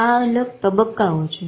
આ અલગ તબક્કાઓ છે